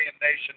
Nation